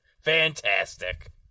Fantastic